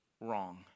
wrong